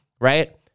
Right